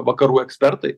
vakarų ekspertai